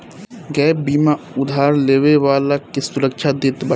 gap बीमा उधार लेवे वाला के सुरक्षा देत बाटे